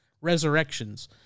Resurrections